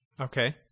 Okay